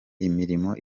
imirimo